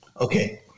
okay